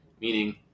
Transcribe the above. Meaning